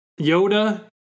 Yoda